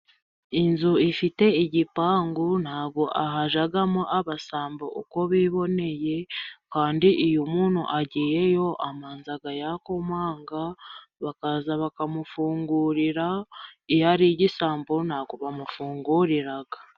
Inzu ifite igipangu ntabw hajyamo abasambo uko biboneye kandi iyo umuntu agiyeyo abanza yakomanga bakaza bakamufungurira iyo ari igisambo ntabwo bamufungurira.